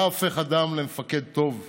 מה הופך אדם למפקד טוב וראוי?